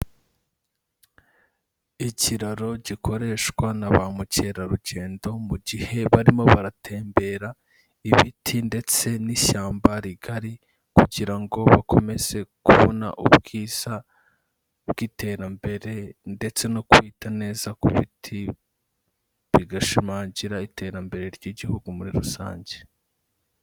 Ikiraro gikoreshwa na ba mukerarugendo mu gihe barimo baratembera ibiti ndetse n'ishyamba rigari kugira ngo bakomeze kubona ubwiza bw'iterambere ndetse no kwita neza ku biti, bigashimangira iterambere ry'igihugu muri rusange.